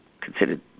considered